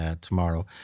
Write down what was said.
tomorrow